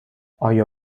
آیا